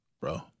Bro